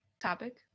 topic